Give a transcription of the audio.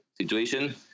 situation